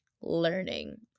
learning